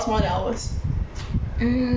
mm ya true